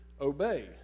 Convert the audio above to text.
obey